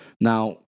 Now